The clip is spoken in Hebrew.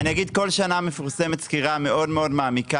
אני אגיד כל שנה מפורסמת סקירה מאוד מעמיקה